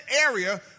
area